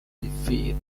defeat